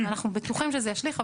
אנחנו בטוחים שזה ישליך,